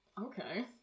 Okay